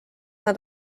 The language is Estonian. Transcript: nad